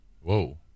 Whoa